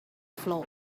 float